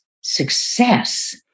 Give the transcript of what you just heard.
success